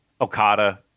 Okada